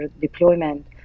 deployment